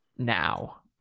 Now